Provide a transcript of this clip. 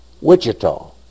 Wichita